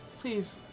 please